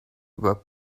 were